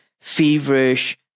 feverish